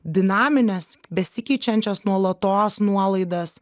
dinamines besikeičiančias nuolatos nuolaidas